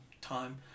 time